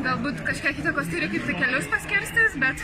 galbūt kažkiek įtakos irgi takelius paskirstys bet